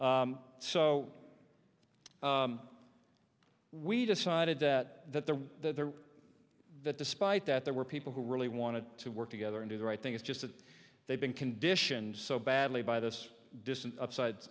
so we decided that that the that despite that there were people who really wanted to work together and do the right thing it's just that they've been conditioned so badly by this distant upside